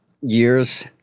years